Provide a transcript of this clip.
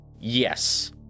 Yes